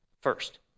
First